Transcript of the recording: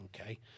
Okay